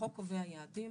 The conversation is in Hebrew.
החוק קובע יעדים,